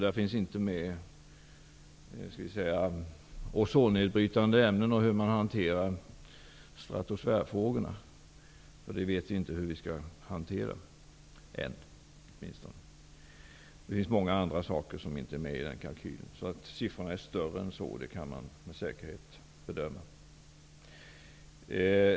Däri ingår inte ozonnedbrytande ämnen och stratosfärfrågorna. Dessa frågor vet vi ännu inte hur vi skall hantera. Det finns mycket annat som inte är med i kalkylen, vilket gör att man med säkerhet kan bedöma att siffrorna är ännu större.